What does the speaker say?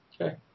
Okay